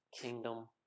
kingdom